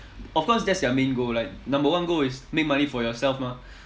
of course that's their main goal like number one goal is make money for yourself mah